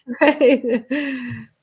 Right